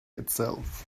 itself